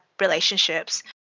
relationships